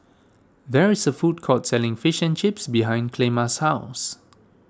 there is a food court selling Fish and Chips behind Clemma's house